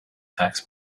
tax